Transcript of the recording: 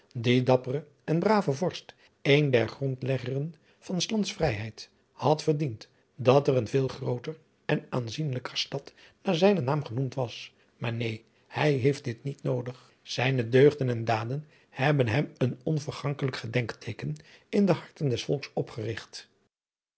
die dappere en brave vorst een der grondleggeren van s lands vrijheid had verdiend dat er een veel grooter en aanzienlijker stad naar zijnen naam genoemd was maar neen hij heeft dit niet noodig zijne deugden en daden hebben hem een onvergankelijk gedenkteeken in de harten